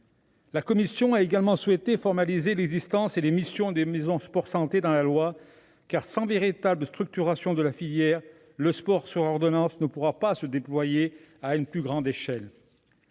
La commission a également souhaité formaliser l'existence et les missions des maisons sport-santé dans le texte, car, sans véritable structuration de la filière, le sport sur ordonnance ne pourra pas se déployer à une plus grande échelle.